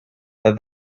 that